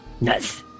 Nice